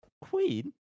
Queen